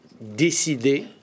décider